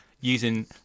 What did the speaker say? using